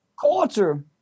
Culture